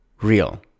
real